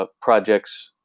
ah projects,